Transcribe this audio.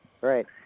Right